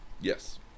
Yes